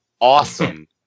awesome